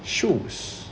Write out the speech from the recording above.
shoes